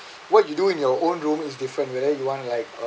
what you do in your own room is different whether you want like